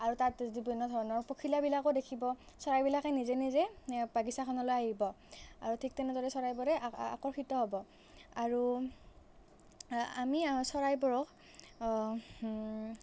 আৰু তাত যে বিভিন্ন ধৰণৰ পখিলাবিলাকো দেখিব চৰাইবিলাকে নিজে নিজে বাগিচাখনলৈ আহিব আৰু ঠিক তেনেদৰে চৰাইবোৰে আকৰ্ষিত হ'ব আৰু আমি চৰাইবোৰক